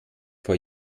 vor